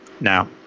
Now